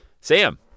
Sam